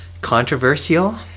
controversial